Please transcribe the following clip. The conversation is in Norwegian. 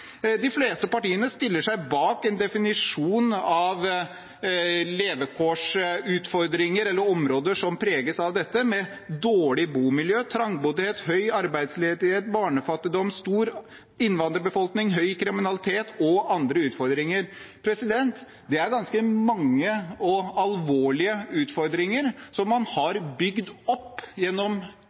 De fleste partiene stiller seg bak en definisjon av levekårsutfordringer, eller områder som preges av dette: dårlig bomiljø, trangboddhet, høy arbeidsledighet, barnefattigdom, stor innvandrerbefolkning, høy kriminalitet og andre utfordringer. Det er ganske mange og alvorlige utfordringer, som man har bygd opp gjennom